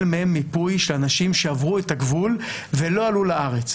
מהם מיפוי של אנשים שעברו את הגבול ולא עלו לארץ.